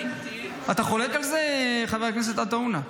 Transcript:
אתה חולק על זה, חבר הכנסת עטאונה?